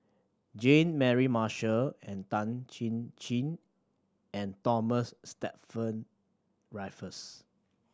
Jean Mary Marshall and Tan Chin Chin and Thomas Stamford Raffles